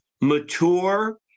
mature